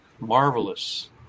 marvelous